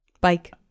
bike